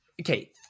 okay